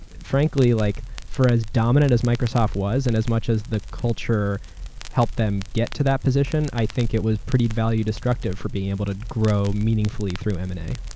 frankly, like for as dominant as microsoft was, and as much as the culture helped them get to that position, i think it was pretty value-destructive for being able to grow meaningfully through m and a.